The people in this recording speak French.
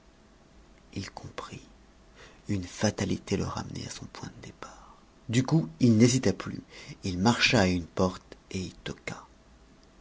il comprit une fatalité le ramenait à son point de départ du coup il n'hésita plus il marcha à une porte et